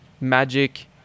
magic